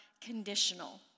conditional